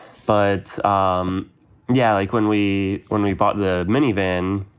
but um yeah, like when we when we bought the minivan,